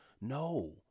No